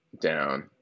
down